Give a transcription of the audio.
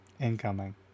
Incoming